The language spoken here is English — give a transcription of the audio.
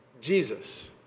Jesus